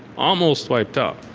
almost wiped out.